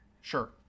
Sure